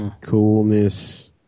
Coolness